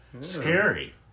Scary